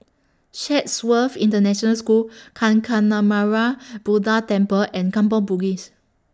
Chatsworth International School Kancanarama Buddha Temple and Kampong Bugis